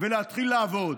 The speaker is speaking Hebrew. ולהתחיל לעבוד?